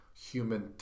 human